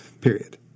Period